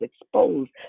exposed